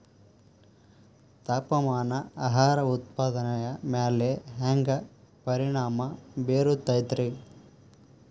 ತಾಪಮಾನ ಆಹಾರ ಉತ್ಪಾದನೆಯ ಮ್ಯಾಲೆ ಹ್ಯಾಂಗ ಪರಿಣಾಮ ಬೇರುತೈತ ರೇ?